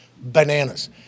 bananas